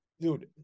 dude